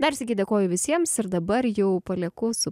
dar sykį dėkoju visiems ir dabar jų palieku su